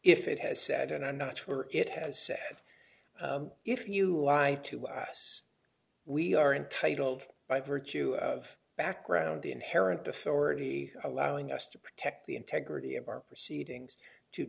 if it has said and i'm not sure it has said if you lie to us we are entitled by virtue of background inherent authority allowing us to protect the integrity of our proceedings to